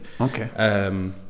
Okay